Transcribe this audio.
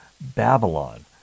Babylon